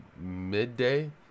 midday